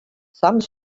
some